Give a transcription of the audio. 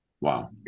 Wow